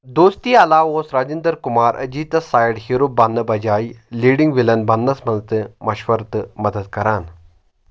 دوستی علاوٕ اوس راجندر کُمار اجیٖتَس سایِڈ ہیٖرو بننہٕ بجاے لیٚڈنگ وِلن بننَس منٛز تہٕ مَشور تہٕ مدد کران